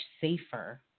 safer